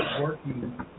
working